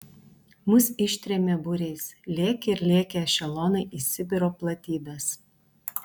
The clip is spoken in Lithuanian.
mus ištrėmė būriais lėkė ir lėkė ešelonai į sibiro platybes